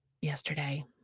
yesterday